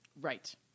Right